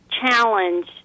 challenge